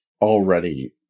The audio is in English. already